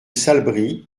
salbris